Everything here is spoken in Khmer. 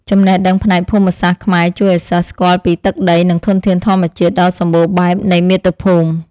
ចំណេះដឹងផ្នែកភូមិសាស្ត្រខ្មែរជួយឱ្យសិស្សស្គាល់ពីទឹកដីនិងធនធានធម្មជាតិដ៏សម្បូរបែបនៃមាតុភូមិ។